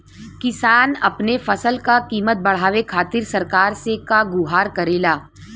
किसान अपने फसल क कीमत बढ़ावे खातिर सरकार से का गुहार करेला?